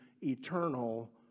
eternal